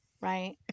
right